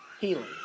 healing